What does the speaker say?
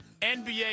nba